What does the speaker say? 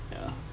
ya